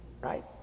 Right